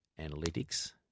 analytics